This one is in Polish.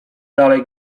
dalej